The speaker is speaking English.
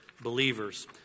believers